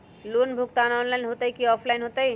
Loan भुगतान online होतई कि ऑफलाइन होतई?